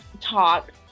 talk